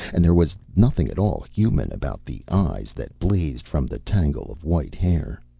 and there was nothing at all human about the eyes that blazed from the tangle of white hair.